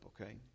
okay